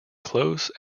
close